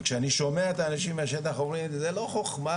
וכשאני שומע את האנשים מהשטח הם אומרים זה לא חוכמה,